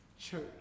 church